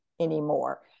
anymore